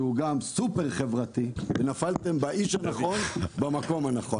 שהוא סופר חברתי - ונפלתם על האיש הנכון במקום הנכון.